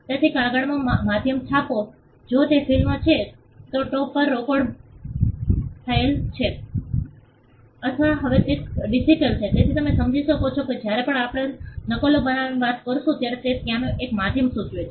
તેથી કાગળમાં માધ્યમ છાપો જો તે ફિલ્મ છે તે ટેપ પર રેકોર્ડ થયેલ છે અથવા હવે તે ડિજિટલ છે તેથી તમે સમજી શકશો કે જ્યારે પણ આપણે નકલો બનાવવાની વાત કરીશું ત્યારે તે ત્યાંનું એક માધ્યમ સૂચવે છે